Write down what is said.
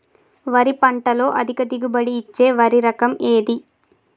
వరి పంట లో అధిక దిగుబడి ఇచ్చే వరి రకం ఏది?